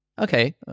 okay